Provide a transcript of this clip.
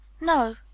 No